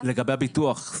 לגבי הביטוח,